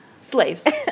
slaves